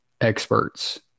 experts